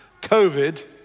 COVID